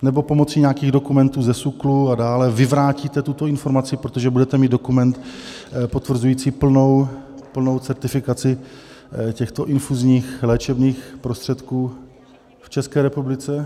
Nebo pomocí nějakých dokumentů ze SÚKLu a dále vyvrátíte tuto informaci, protože budete mít dokument potvrzující plnou certifikaci těchto infuzních léčebných prostředků v České republice?